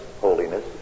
holiness